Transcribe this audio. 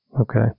Okay